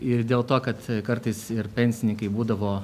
ir dėl to kad kartais ir pensininkai būdavo